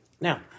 Now